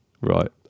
right